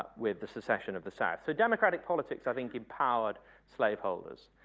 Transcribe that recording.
with the secession of the south. so democratic politics i think empowered slaveholders.